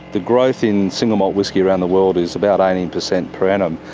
the growth in single malt whisky around the world is about eighteen percent per annum,